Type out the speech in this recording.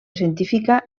científica